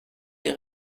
des